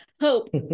Hope